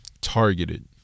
targeted